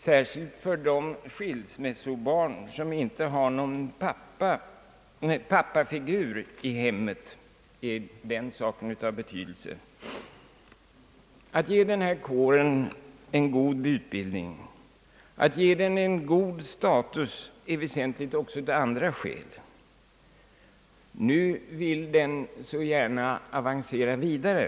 Särskilt för de skilsmässobarn som inte har någon pappafigur i hemmet är den saken av betydelse. Att ge den här kåren en god utbildning och att ge den en god status är väsentligt också av andra skäl. Nu vill lågstadiets lärare så gärna avancera vidare.